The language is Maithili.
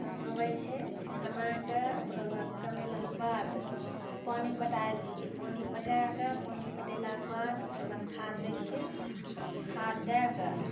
कमाबै छै कमाके ओकरोबाद कमैलाके बाद पानी पटाबै छिए पानी पटाके पानी पटेलाके बाद ओकराबाद खाद दै छिए खाद दैके